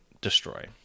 destroy